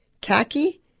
khaki